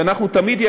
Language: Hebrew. כשאנחנו תמיד,